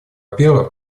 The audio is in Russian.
первых